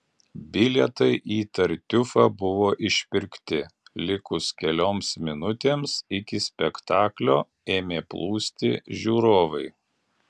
bilietai į tartiufą buvo išpirkti likus kelioms minutėms iki spektaklio ėmė plūsti žiūrovai